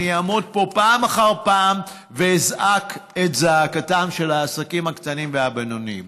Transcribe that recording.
אני אעמוד פה פעם אחר פעם ואזעק את זעקתם של העסקים הקטנים והבינוניים.